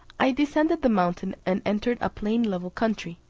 i descended the mountain, and entered a plain level country,